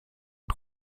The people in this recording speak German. und